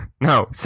no